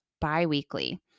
bi-weekly